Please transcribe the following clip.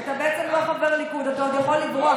אתה בעצם לא חבר ליכוד, אתה עוד יכול לברוח.